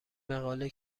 مقاله